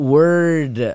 word